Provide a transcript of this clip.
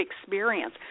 experience